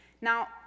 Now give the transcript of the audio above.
Now